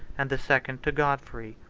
and the second to godfrey.